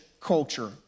culture